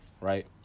right